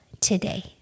today